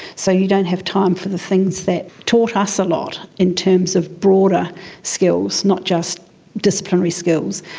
so you don't have time for the things that taught us a lot in terms of broader skills, not just disciplinary skills,